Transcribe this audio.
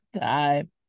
time